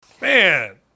Man